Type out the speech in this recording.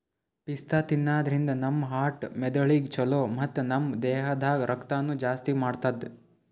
ಪಿಸ್ತಾ ತಿನ್ನಾದ್ರಿನ್ದ ನಮ್ ಹಾರ್ಟ್ ಮೆದಳಿಗ್ ಛಲೋ ಮತ್ತ್ ನಮ್ ದೇಹದಾಗ್ ರಕ್ತನೂ ಜಾಸ್ತಿ ಮಾಡ್ತದ್